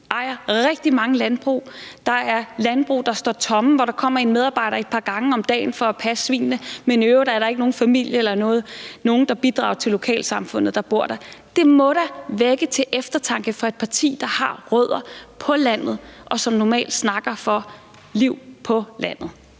ejer rigtig mange landbrug. Der er landbrug, der står tomme, hvor der kommer en medarbejder et par gange om dagen for at passe svinene, men i øvrigt er der ikke nogen familie eller nogen, der bor der og bidrager til lokalsamfundet. Det må da vække til eftertanke for et parti, der har rødder på landet, og som normalt taler for liv på landet.